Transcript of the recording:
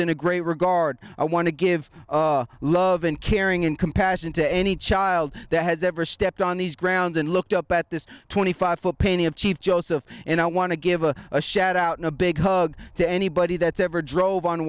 a great regard i want to give love and caring and compassion to any child that has ever stepped on these grounds and looked up at this twenty five foot painting of chief joseph and i want to give a a shout out in a big hug to anybody that's ever drove on